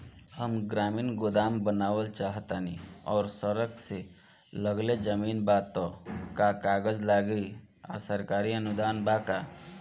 हम ग्रामीण गोदाम बनावल चाहतानी और सड़क से लगले जमीन बा त का कागज लागी आ सरकारी अनुदान बा का?